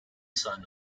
son